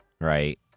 right